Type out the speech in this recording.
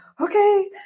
okay